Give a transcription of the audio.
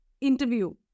interview